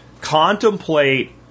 contemplate